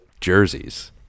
jerseys